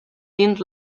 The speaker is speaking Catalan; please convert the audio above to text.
dins